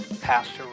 Pastor